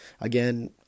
Again